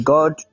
God